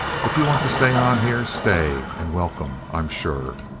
if you want to stay on here, stay and welcome, i'm sure.